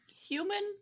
human